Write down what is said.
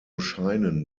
scheinen